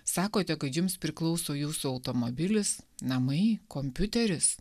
sakote kad jums priklauso jūsų automobilis namai kompiuteris